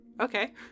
okay